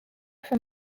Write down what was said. from